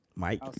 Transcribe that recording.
Mike